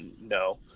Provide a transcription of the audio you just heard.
No